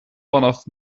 vanaf